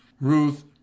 Ruth